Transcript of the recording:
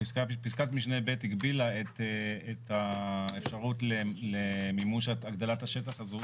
פסקת משנה (ב) הגבילה את אפשרות המימוש להגדלת השטח הזו